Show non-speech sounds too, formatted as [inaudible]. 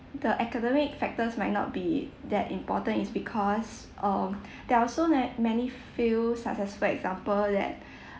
the academic factors might not be that important is because um [breath] there are also many many few successful example that [breath]